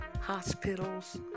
hospitals